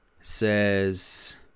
says